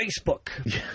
Facebook